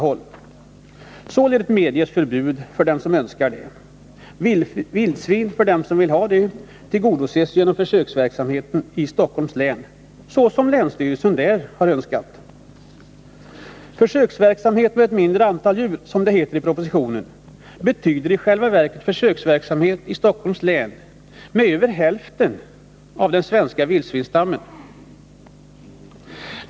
Således medges förbud för dem som önskar det, medan de som vill ha vildsvin tillgodoses genom försöksverksamhet i Stockholms län, såsom länsstyrelsen där har önskat. Försöksverksamheten med ett mindre antal djur, som det heter i propositionen, betyder i själva verket försöksverksamhet i Stockholms län med över hälften av den svenska vildsvinsstammen.